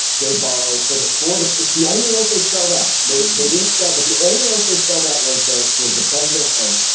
they borrowed for that for. it's the only oath they spelled out. they they didn't spell. but the only oath they spell that was the was the president's oath.